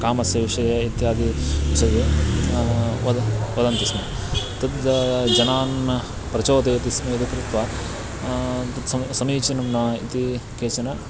कामस्य विषये इत्यादि विषये वद वदन्ति स्म तद् जनान् प्रचोदयति स्म इति कृत्वा तत् सम समीचीनं न इति केचन